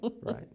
right